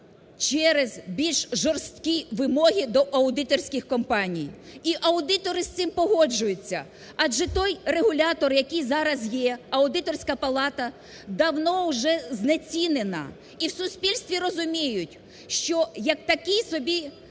через більш жорсткі вимоги до аудиторських компаній. І аудитори з цим погоджуються. Адже той регулятор, який зараз є, Аудиторська палата, давно вже знецінена. І в суспільстві розуміють, що як такий собі